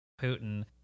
Putin